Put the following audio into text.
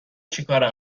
چیکاره